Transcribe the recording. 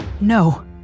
No